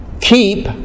Keep